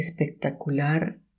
espectacular